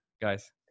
guys